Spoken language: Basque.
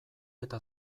eta